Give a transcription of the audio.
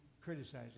criticizing